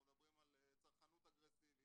אנחנו מדברים על צרכנות אגרסיבית,